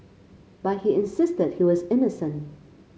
but he insisted he was innocent